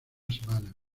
semana